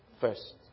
first